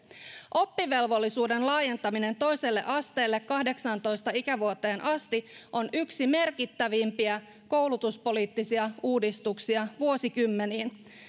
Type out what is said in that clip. oppivelvollisuuden laajentaminen toiselle asteelle kahdeksaantoista ikävuoteen asti on yksi merkittävimpiä koulutuspoliittisia uudistuksia vuosikymmeniin